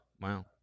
wow